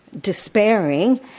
Despairing